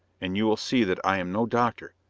and you will see that i am no doctor,